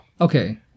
Okay